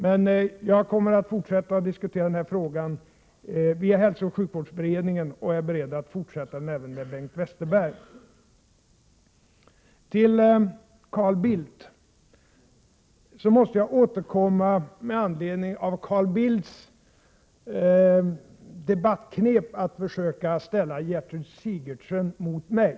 Men jag kommer att fortsätta att diskutera den här frågan via hälsooch sjukvårdsberedningen, och jag är beredd att diskutera den även med Bengt Westerberg. Till Carl Bildt måste jag återkomma med anledning av Carl Bildts debattknep att försöka ställa Gertrud Sigurdsen mot mig.